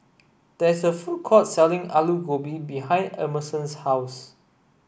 there is a food court selling Alu Gobi behind Emerson's house